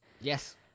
Yes